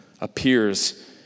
appears